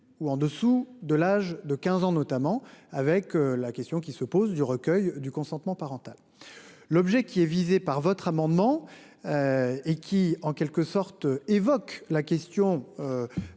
ou en dessous de l'âge de 15 ans, notamment avec la question qui se pose du recueil du consentement parental. L'objet qui est visé par votre amendement. Et qui en quelque sorte évoque la question.